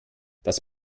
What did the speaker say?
das